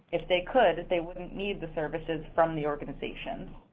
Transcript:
if they could, they wouldn't need the services from the organizations.